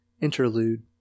Interlude